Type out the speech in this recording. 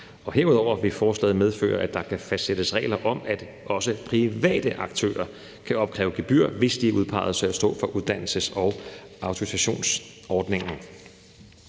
Herudover vil forslaget medføre, at der kan fastsættes regler om, at også private aktører kan opkræve gebyrer, hvis de udpeges til at stå for uddannelses- og autorisationsordningen.